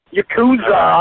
Yakuza